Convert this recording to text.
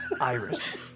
Iris